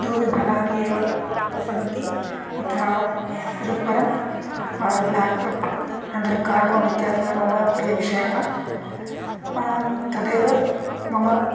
इतोऽपि बालानि एव व् सन्ति तत्र इतः परं ब्लाक् पेप्पर् अनन्तरं कार्डमम् इत्यादिकमेव मम प्रियविषयः तदेव मम